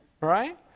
right